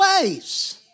ways